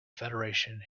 federation